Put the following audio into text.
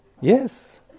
Yes